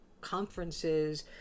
conferences